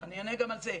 אני אענה גם על זה.